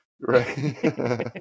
Right